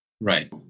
Right